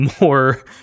more